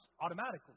automatically